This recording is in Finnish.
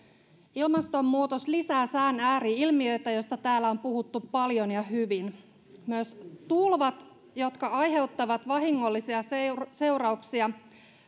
ilmastonmuutos lisää sään ääri ilmiöitä joista täällä on puhuttu paljon ja hyvin myös tulvat aiheuttavat vahingollisia seurauksia